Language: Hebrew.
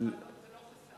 זה לא חסם.